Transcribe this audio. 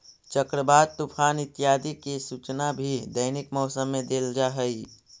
चक्रवात, तूफान इत्यादि की सूचना भी दैनिक मौसम में देल जा हई